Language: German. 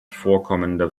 vorkommende